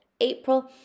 April